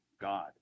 God